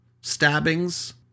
Stabbings